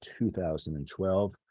2012